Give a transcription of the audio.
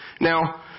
Now